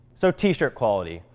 so, t-shirt quality.